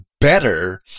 better